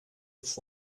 its